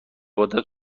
قدرت